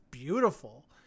beautiful